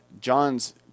John's